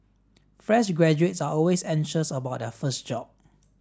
fresh graduates are always anxious about their first job